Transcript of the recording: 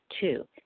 Two